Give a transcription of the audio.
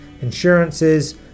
insurances